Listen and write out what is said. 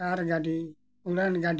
ᱠᱟᱨ ᱜᱟᱹᱰᱤ ᱩᱰᱟᱹᱱ ᱜᱟᱹᱰᱤ